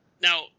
Now